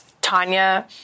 Tanya